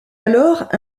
alors